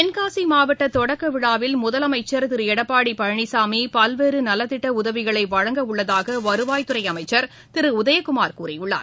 தென்காசி மாவட்ட தொடக்க விழாவில் முதலமைச்சர் திரு எடப்பாடி பழனிசாமி பல்வேறு நலத்திட்ட உதவிகளை வழங்கவுள்ளதாக வருவாய் துறை அமைச்சர் திரு உதயக்குமார் கூறியுள்ளார்